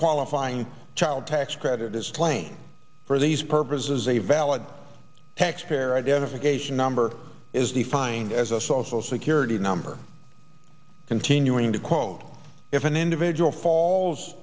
qualifying child tax credit is claimed for these purposes a valid taxpayer identification number is defined as a social security number continuing to quote if an individual falls